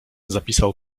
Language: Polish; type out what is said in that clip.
zapisał